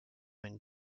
une